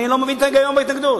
אני לא מבין את ההיגיון בהתנגדות.